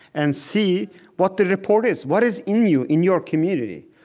and see what the report is. what is in you, in your community?